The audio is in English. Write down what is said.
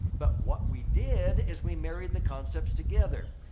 but what we did is we married the concepts together.